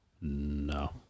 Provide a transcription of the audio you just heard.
No